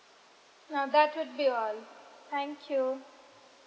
no that would be all thank you